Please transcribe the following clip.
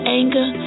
anger